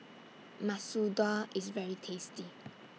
Masoor Dal IS very tasty